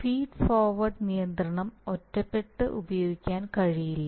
feed forward നിയന്ത്രണം ഒറ്റപ്പെട്ട് ഉപയോഗിക്കാൻ കഴിയില്ല